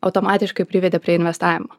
automatiškai privedė prie investavimo